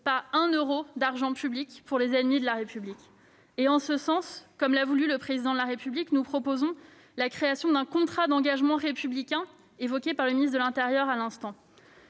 pas un euro d'argent public pour les ennemis de la République. En ce sens, comme l'a voulu le Président de la République, nous proposons la création d'un contrat d'engagement républicain, évoqué par le ministre de l'intérieur à l'instant.